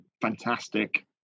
fantastic